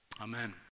Amen